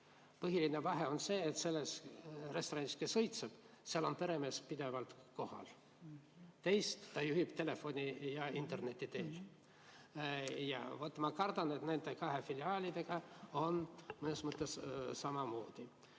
Põhiline vahe on see, et selles restoranis, mis õitseb, seal on peremees pidevalt kohal, teist ta juhib telefoni ja interneti teel. Ja ma kardan, et nende kahe filiaaliga on mõnes mõttes samamoodi.